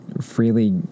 freely